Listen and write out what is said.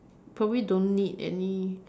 probably don't need any